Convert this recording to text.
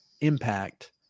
impact